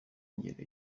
ngera